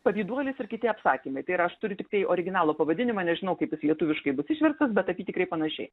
pavyduolis ir kiti apsakymai tai yra aš turiu tiktai originalų pavadinimą nežinau kaip jis lietuviškai bus išverstas bet apytikriai panašiai